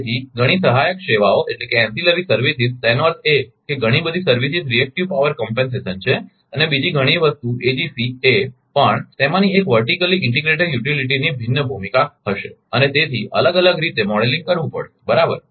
તેથી ઘણી સહાયક સેવાઓ એનો અર્થ એ કે ઘણી બધી સર્વિસીસ રિએક્ટિવ પાવર કંમપેંસેશન છે અને બીજી ઘણી વસ્તુ એજીસી એ પણ તેમાંની એક વર્ટિકલી ઇન્ટિગ્રેટેડ યુટિલિટીની ભિન્ન ભૂમિકા હશે અને તેથી અલગ અલગ રીતે મોડેલિંગ કરવું પડશે બરાબર